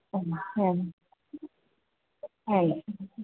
ആണോ ആ ആണോ